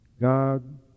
God